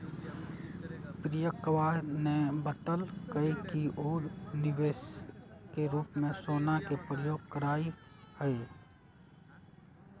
प्रियंकवा ने बतल कई कि ऊ निवेश के रूप में सोना के प्रयोग करा हई